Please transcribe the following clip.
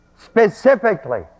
Specifically